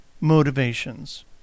motivations